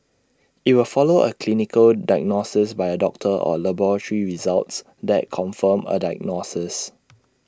IT will follow A clinical diagnosis by A doctor or laboratory results that confirm A diagnosis